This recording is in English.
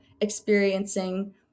experiencing